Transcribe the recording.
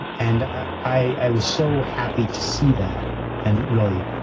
and ah i i was so happy to see that and really,